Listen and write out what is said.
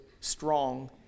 strong